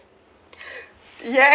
yes